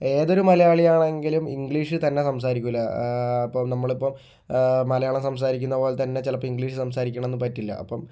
ഏതൊരു മലയാളി ആണെങ്കിലും ഇംഗ്ലീഷിൽ തന്നെ സംസാരിക്കില്ല അപ്പോൾ നമ്മൾ ഇപ്പോൾ മലയാളം സംസാരിക്കുന്നത് പോലെ തന്നെ ചിലപ്പോൾ ഇംഗ്ലീഷ് സംസാരിക്കാൻ ഒന്നും പറ്റില്ല അപ്പം